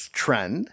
trend